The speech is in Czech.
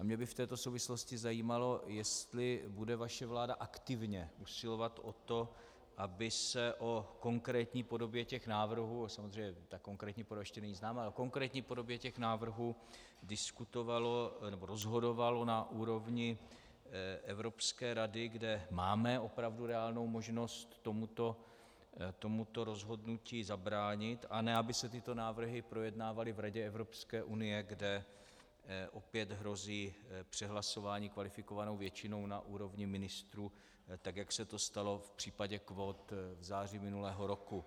Mě by v této souvislosti zajímalo, jestli bude vaše vláda aktivně usilovat o to, aby se o konkrétní podobě těch návrhů, samozřejmě konkrétní podoba ještě není známa, ale konkrétní podobě těch návrhů diskutovalo nebo rozhodovalo na úrovni Evropské rady, kde máme opravdu reálnou možnost tomuto rozhodnutí zabránit, a ne aby se tyto návrhy projednávaly v Radě Evropské unie, kde opět hrozí přehlasování kvalifikovanou většinou na úrovni ministrů, tak jak se to stalo v případě kvót v září minulého roku.